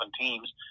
teams